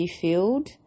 field